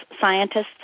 scientists